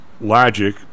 logic